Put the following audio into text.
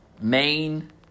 Main